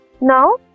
now